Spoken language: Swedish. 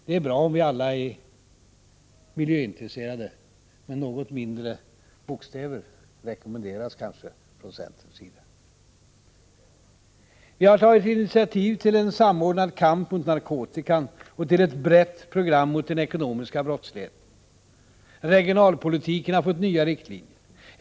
Det är bra om vi alla är miljöintresserade, men något mindre bokstäver rekommenderas kanske för centerns del. Vi har tagit initiativ till en samordnad kamp mot narkotikan och till ett brett program mot den ekonomiska brottsligheten. Regionalpolitiken har fått nya riktlinjer.